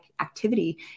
activity